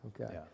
Okay